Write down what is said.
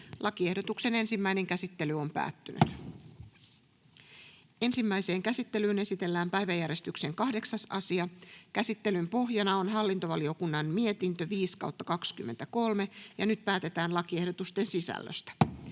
lain 119 §:n muuttamisesta Time: N/A Content: Ensimmäiseen käsittelyyn esitellään päiväjärjestyksen 8. asia. Käsittelyn pohjana on hallintovaliokunnan mietintö HaVM 5/2023 vp. Nyt päätetään lakiehdotusten sisällöstä.